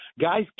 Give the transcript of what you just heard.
guys